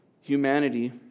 humanity